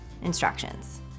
instructions